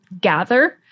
gather